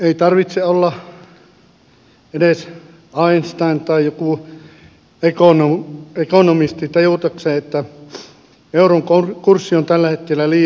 ei tarvitse edes olla einstein tai joku ekonomisti tajutakseen että euron kurssi on tällä hetkellä liian vahva